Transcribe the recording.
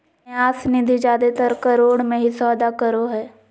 न्यास निधि जादेतर करोड़ मे ही सौदा करो हय